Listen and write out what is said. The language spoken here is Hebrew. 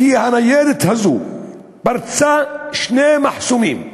כי הניידת הזאת פרצה שני מחסומים,